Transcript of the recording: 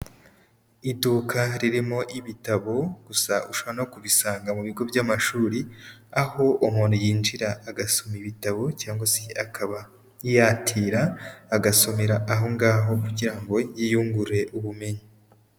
Iduka ririmo ibitabo gusa ushobora no kubisanga mu bigo by'amashuri aho umuntu yinjira agasoma ibitabo cyangwa se akaba yatira agasomera aho ngaho kugira ngo yiyungure ubumenyi.